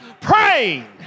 praying